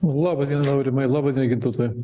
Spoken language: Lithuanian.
laba diena aurimai laba diena gintautai